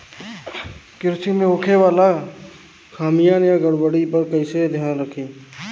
कृषि में होखे वाला खामियन या गड़बड़ी पर कइसे ध्यान रखि?